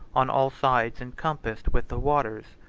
on all sides encompassed with the waters.